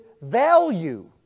value